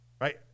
Right